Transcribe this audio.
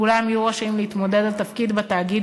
ואולם הם יהיו רשאים להתמודד על תפקיד בתאגיד,